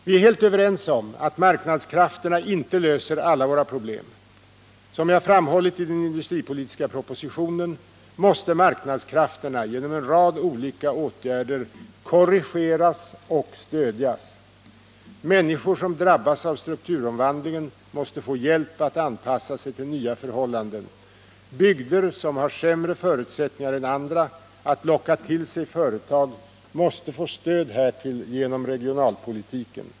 Vi är helt överens om att marknadskrafterna inte löser alla våra problem. Som jag framhållit i den industripolitiska propositionen måste marknadskrafterna genom en rad olika åtgärder korrigeras och stödjas. Människor som drabbas av strukturomvandlingen måste få hjälp att anpassa sig till nya förhållanden. Bygder som har sämre förutsättningar än andra att locka till sig företag måste få stöd härtill genom regionalpolitiken.